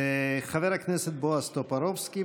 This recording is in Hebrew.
חבר הכנסת בועז טופורובסקי,